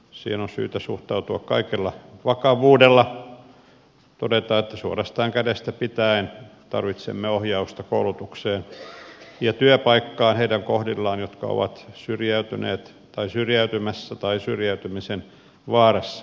siihen on syytä suhtautua kaikella vakavuudella todeta että suorastaan kädestä pitäen tarvitsemme ohjausta koulutukseen ja työpaikkaan niiden kohdalla jotka ovat syrjäytyneet tai syrjäytymässä tai syrjäytymisen vaarassa